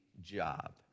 job